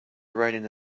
ride